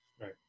Right